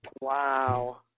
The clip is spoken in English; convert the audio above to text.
Wow